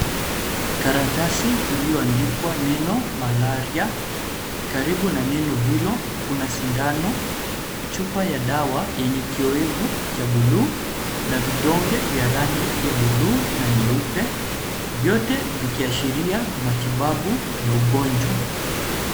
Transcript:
Karatasi iliyoandikwa neno Malaria . Karibu na neno hilo kuna sindano, chupa ya dawa yenye kioevu cha buluu na vidonge vya rangi ya buluu na nyeupe, vyote vikiashiria matibabu ya ugonjwa.